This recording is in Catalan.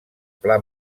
pla